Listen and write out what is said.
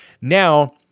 Now